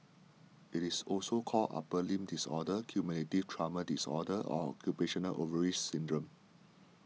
it is also called upper limb disorder cumulative trauma disorder or occupational overuse syndrome